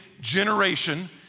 generation